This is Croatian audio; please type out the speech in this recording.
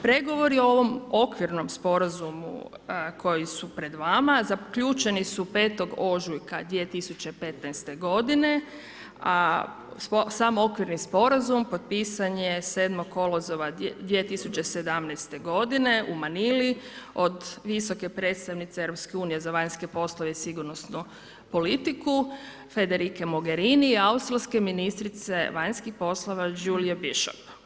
Pregovori o ovome okvirnom sporazumu koji su pred vama, zaključeni su 5. ožujka 2015. godine a sam okvirni sporazum potpisan je 7. kolovoza 2017. godine u Manili od visoke predstavnice EU-a za vanjske poslove i sigurnosnu politiku, Federice Mogherini i australske ministrice vanjskih poslova Julie Bishop.